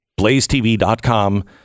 Blazetv.com